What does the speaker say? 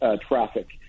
traffic